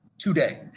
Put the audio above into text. today